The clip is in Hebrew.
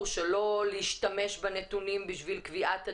שלא להשתמש בנתונים לשם קביעת הדירוג,